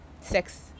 sex